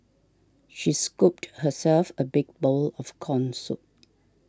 she scooped herself a big bowl of Corn Soup